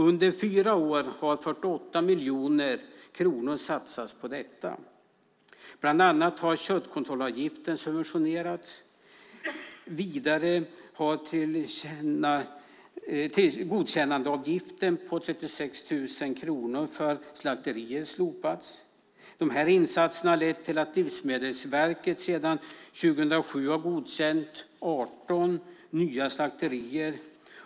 Under fyra år har 48 miljoner kronor satsats på detta. Bland annat har köttkontrollavgiften subventionerats. Vidare har godkännandeavgiften på 36 000 kronor för slakterier slopats. Dessa insatser har lett till att Livsmedelsverket sedan 2007 har godkänt 18 nya slakterier.